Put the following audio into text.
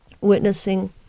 witnessing